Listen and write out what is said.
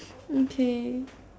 okay